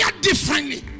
differently